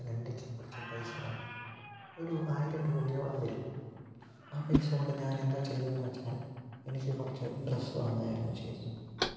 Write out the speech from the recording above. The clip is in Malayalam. എന്റെക്ക് കുറച്ച് പൈസ തന്നു ഒരു ആയിരം രൂപയോളം വരും ആ പൈസകൊണ്ട് ഞാനെന്താ ചെയ്തതെന്ന് വെച്ചാൽ എനിക്ക് കുറച്ച് ഡ്രസ്സ് വാങ്ങുകയായിരുന്നു ചെയ്തത്